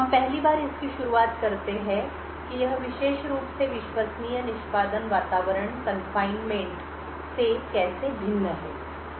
हम पहली बार इसकी शुरुआत करते हैं कि यह विशेष रूप से विश्वसनीय निष्पादन वातावरण कन्फाइनमेंट कारावास से कैसे भिन्न है